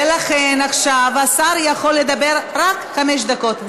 ולכן עכשיו השר יכול לדבר רק חמש דקות.